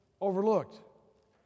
overlooked